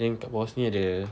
then kat bawah sini ada